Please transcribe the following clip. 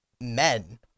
men